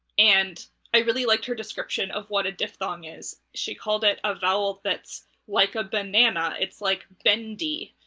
and i really liked her description of what a diphthong is. she called it a vowel that's like a banana, it's like bendy,